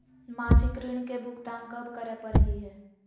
मासिक ऋण के भुगतान कब करै परही हे?